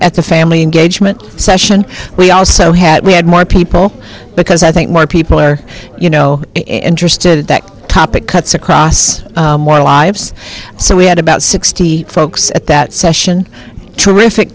a family engagement session we also had we had more people because i think more people are you know interested in that topic cuts across more lives so we had about sixty folks at that session terrific